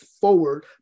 forward